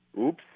Oops